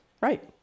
Right